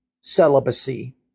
celibacy